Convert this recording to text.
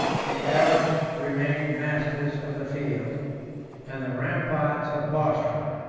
the arabs remained masters of the field and the ramparts of bosra,